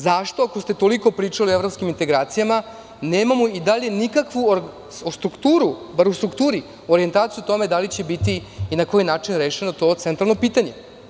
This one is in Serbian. Zašto, ako ste toliko pričali o evropskim integracijama nemamo i dalje nikakvu strukturu, bar u strukturi orijentaciju o tome da li će biti i na koji način biti rešeno to centralno pitanje?